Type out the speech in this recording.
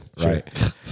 right